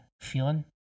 feeling